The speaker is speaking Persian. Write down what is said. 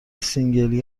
سینگلی